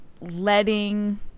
letting